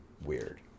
weird